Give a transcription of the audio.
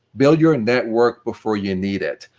build your network before you need it.